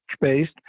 based